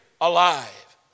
alive